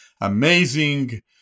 Amazing